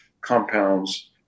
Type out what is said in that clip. compounds